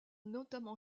notamment